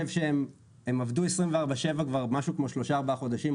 הן עבדו 24/7 כבר משהו כמו 3-4 חודשים,